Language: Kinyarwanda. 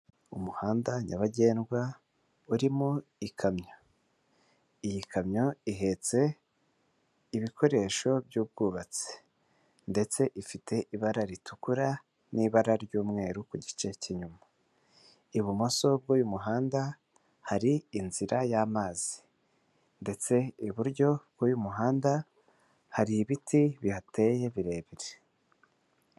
Umuhanda nyabagendwa urimo ikamyo .Iyi kamyo ihetse ibikoresho by'ubwubatsi ndetse ifite ibara ritukura ,n'ibara ry'umweru ku gice cy'inyuma ibumoso bw'uyu muhanda hari inzira y'amazi ndetse iburyo ku muhanda hari ibiti bihateye birebire.